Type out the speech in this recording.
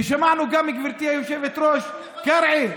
ושמענו גם, גברתי היושבת-ראש, קרעי,